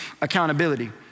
accountability